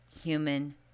human